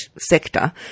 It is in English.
sector